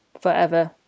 forever